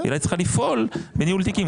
היא רק צריכה לפעול בניהול תיקים.